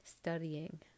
studying